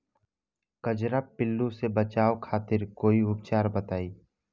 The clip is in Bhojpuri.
कजरा पिल्लू से बचाव खातिर कोई उपचार बताई?